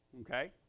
okay